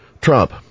Trump